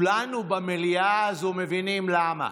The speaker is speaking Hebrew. וכולנו במליאה הזו מבינים למה.